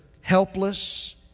helpless